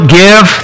give